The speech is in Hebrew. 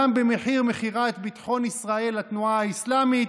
גם במחיר מכירת ביטחון ישראל לתנועה האסלאמית,